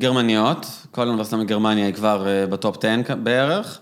גרמניות, כל האוניברסיטה בגרמניה היא כבר בטופ 10 בערך.